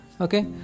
Okay